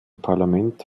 parlament